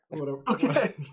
okay